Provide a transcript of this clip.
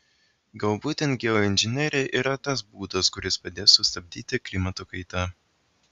gal būtent geoinžinerija yra tas būdas kuris padės sustabdyti klimato kaitą